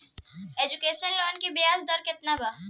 Education loan की ब्याज दर केतना बा?